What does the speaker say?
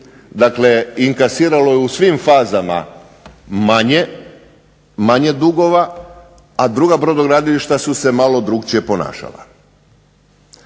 dakle inkasiralo je u svim fazama manje dugova, a druga brodogradilišta su se malo drukčije ponašala.